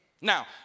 Now